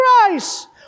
Christ